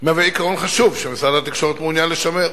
הם עיקרון חשוב שמשרד התקשורת מעוניין לשמר.